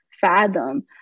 fathom